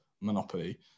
monopoly